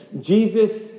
Jesus